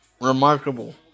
remarkable